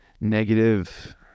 negative